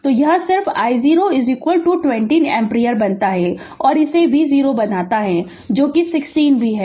तो यह सिर्फ I0 20 एम्पीयर बनाता है और इसे एक v0 बनाता है जो कि 60 V है